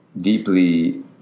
deeply